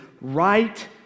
right